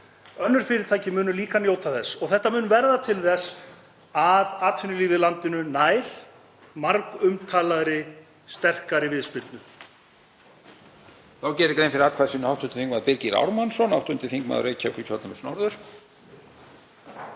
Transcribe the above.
Önnur fyrirtæki munu líka njóta þess og þetta mun verða til þess að atvinnulífið í landinu nær margumtalaðri sterkari viðspyrnu.